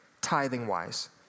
tithing-wise